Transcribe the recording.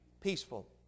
Peaceful